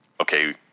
okay